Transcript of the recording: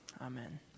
Amen